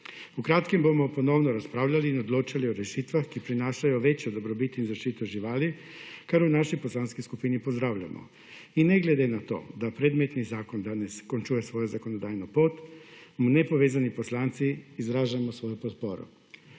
V kratkem bomo ponovno razpravljali in odločali o rešitvah, ki prinašajo večjo dobrobit in zaščito živali, kar v naši poslanski skupini pozdravljamo in ne glede na to, da predmetni zakon danes končuje svojo zakonodajno pot, mu Nepovezani poslanci izražamo svojo podporo.